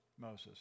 Moses